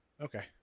Okay